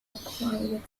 extension